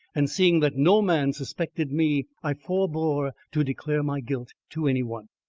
and seeing that no man suspected me, i forebore to declare my guilt to any one.